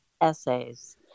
essays